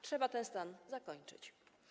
Trzeba ten stan zakończyć.